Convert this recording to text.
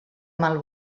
mal